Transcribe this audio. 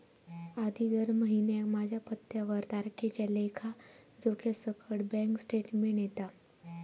आधी दर महिन्याक माझ्या पत्त्यावर तारखेच्या लेखा जोख्यासकट बॅन्क स्टेटमेंट येता